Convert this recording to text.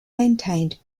maintained